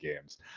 games